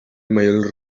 mayor